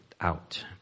out